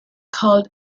called